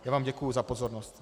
Já vám děkuji za pozornost.